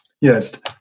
Yes